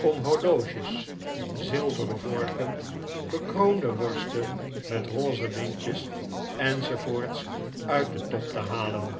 om horloges zilveren vorken bekroonde woirsten met rose lintjes enz uit den top te halen